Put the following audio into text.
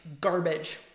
garbage